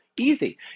Easy